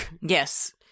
yes